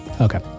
okay